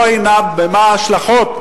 לא עיינה בהשלכות,